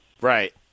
Right